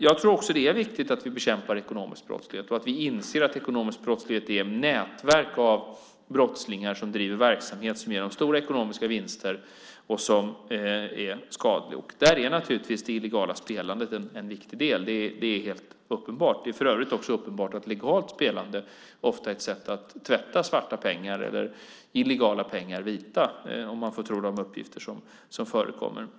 Jag tror också att det är viktigt att vi bekämpar ekonomisk brottslighet och att vi inser att ekonomisk brottslighet är nätverk av brottslingar som driver verksamhet som ger stora ekonomiska vinster och är skadlig. Där är naturligtvis det illegala spelandet en viktig del. Det är helt uppenbart. Det är för övrigt också uppenbart att även legalt spelande ofta är ett sätt att tvätta svarta pengar eller illegala pengar vita, om man får tro de uppgifter som förekommer.